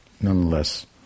nonetheless